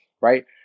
right